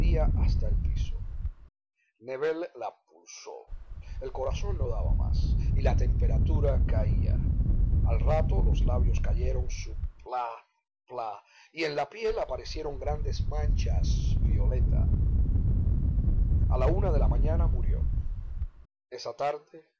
hasta el piso nébel la pulsó el corazón no daba más y la temperatura caía al rato los labios callaron su pla pla y en la piel aparecieron grandes manchas violeta a la una de la mañana murió esa tarde